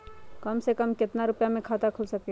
कम से कम केतना रुपया में खाता खुल सकेली?